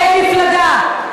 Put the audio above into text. אין מפלגה,